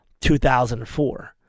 2004